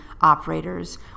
operators